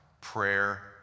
Prayer